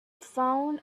found